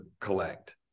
collect